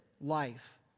life